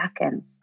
seconds